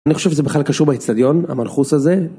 אני לא חושב שזה בכלל קשור באצטדיון, המנחוס הזה.